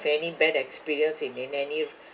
any bad experience in any